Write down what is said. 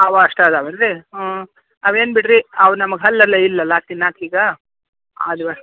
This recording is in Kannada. ಇವೆ ಅಷ್ಟು ಇದಾವನ್ರೀ ಹ್ಞೂ ಅವೇನು ಬಿಡಿರಿ ಅವು ನಮಗೆ ಹಲ್ಲೆಲ್ಲ ಇಲ್ಲಲ್ಲ ತಿನ್ನಕ್ಕೆ ಈಗ ಅದುವೆ